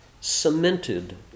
cemented